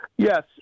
Yes